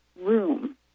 room